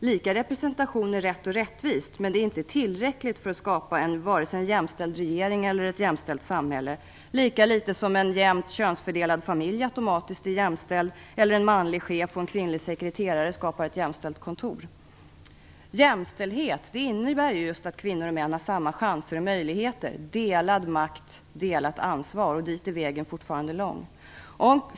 Lika representation är rätt och rättvist, men det är inte tillräckligt för att skapa vare sig en jämställd regering eller ett jämställt samhälle, lika litet som en jämnt könsfördelad familj automatiskt är jämställd eller en manlig chef och en kvinnlig sekreterare skapar ett jämställt kontor. Jämställdhet innebär just att kvinnor och män har samma chanser och möjligheter, delad makt och delat ansvar. Dit är vägen fortfarande lång.